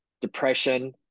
depression